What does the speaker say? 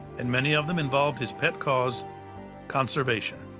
and many of them involved his pet cause conservation.